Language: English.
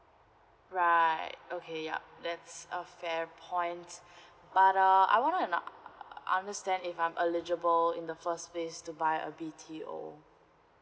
right okay yap that's a fair points but uh I wanted and uh understand if I'm eligible in the first place to buy a B_T_O